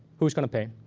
who's going to pay?